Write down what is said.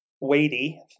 weighty